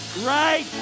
right